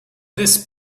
this